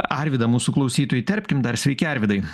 arvydą mūsų klausytoją įterpkim dar sveiki arvydai